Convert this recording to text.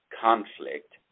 conflict